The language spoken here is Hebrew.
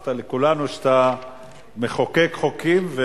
שהוכחת לכולנו שאתה מחוקק חוקים,